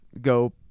go